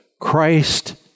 Christ